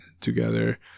together